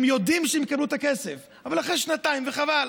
הם יודעים שיקבלו את הכסף, אבל אחרי שנתיים, וחבל.